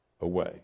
away